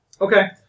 Okay